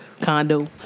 Condo